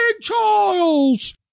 Charles